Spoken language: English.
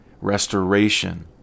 restoration